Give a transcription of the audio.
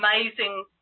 amazing